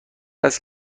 هست